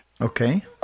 Okay